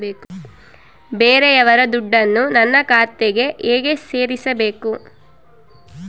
ಬೇರೆಯವರ ದುಡ್ಡನ್ನು ನನ್ನ ಖಾತೆಗೆ ಹೇಗೆ ಸೇರಿಸಬೇಕು?